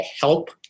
help